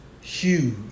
huge